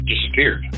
disappeared